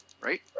Right